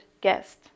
guest